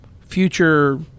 future